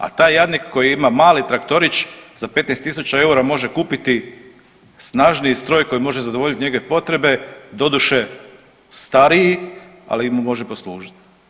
A taj jadnik koji ima mali traktorić za 15.000 EUR-a može kupiti snažniji stroj koji može zadovoljiti njegove potrebe, doduše stariji ali mu može poslužiti.